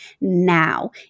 now